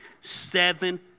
seven